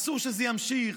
אסור שזה ימשיך,